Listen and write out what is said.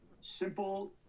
simple